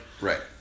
Right